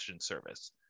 service